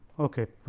ok.